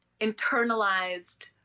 internalized